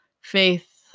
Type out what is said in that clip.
faith